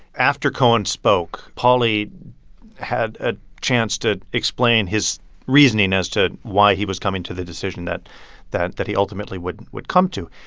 after cohen spoke, pauley had a chance to explain his reasoning as to why he was coming to the decision that that he ultimately would would come to.